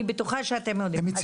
אני בטוחה שאתם נאבקים בה.